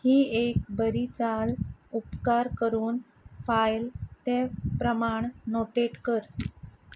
ही एक बरी चाल उपकार करून फायल ते प्रमाण नोटेट कर